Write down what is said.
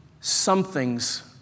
something's